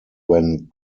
when